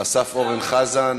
אסף אורן חזן,